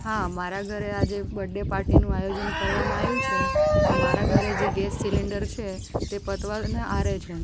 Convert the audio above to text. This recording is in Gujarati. હા મારા ઘરે આજે બર્ડે પાર્ટીનું આયોજન કરવામાં આયું છે તો મારા ઘરે જે ગેસ સિલેન્ડર છે તે પતવાના આરે છે